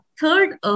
third